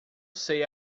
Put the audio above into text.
sei